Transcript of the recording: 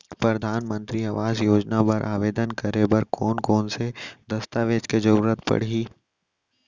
परधानमंतरी आवास योजना बर आवेदन करे बर कोन कोन से दस्तावेज के जरूरत परही?